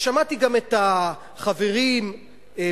ושמעתי גם את החברים בקואליציה,